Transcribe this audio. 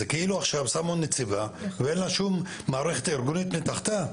זה כאילו עכשיו שמו נציבה ואין לה שום מערכת ארגונית מתחתיה?